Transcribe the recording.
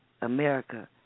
America